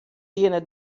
wiene